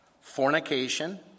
fornication